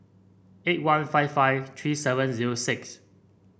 eight one five five three seven zero six